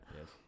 Yes